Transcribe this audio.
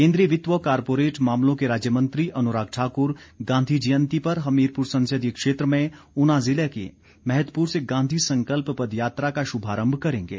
केन्द्रीय वित्त व कारपोरेट मामलों के राज्य मंत्री अनुराग ठाकुर गांधी जयंती पर हमीरपुर संसदीय क्षेत्र में ऊना जिला के मैहतपुर से गांधी संकल्प पद यात्रा का शुभारंभ करेंगे